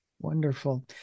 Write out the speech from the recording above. Wonderful